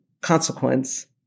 consequence